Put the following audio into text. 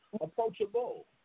approachable